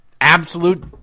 absolute